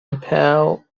nepal